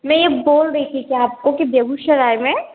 मैं यह बोल रही थी कि आपको कि बेगूसराय में